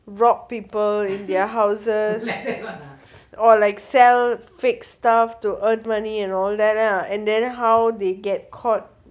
brought people in their houses or like sell fake stuff to earn money and all that lah and then how they get caught